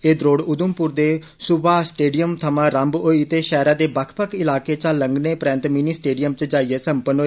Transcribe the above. एह् द्रौड़ उघमपुर दे सुभाष स्टेडियम थवा रम्म होई ते शैहरै दे बक्ख बक्ख इलाकें चा लंघने परैंत मिनी स्टेडियम च जाईयै सम्पन्न होई